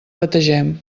bategem